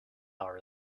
are